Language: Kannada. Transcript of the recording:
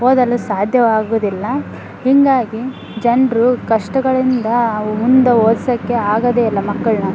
ಓದಲು ಸಾಧ್ಯವಾಗುವುದಿಲ್ಲ ಹೀಗಾಗಿ ಜನರು ಕಷ್ಟಗಳಿಂದ ಮುಂದೆ ಓದ್ಸೋಕ್ಕೆ ಆಗೋದೇ ಇಲ್ಲ ಮಕ್ಕಳನ್ನ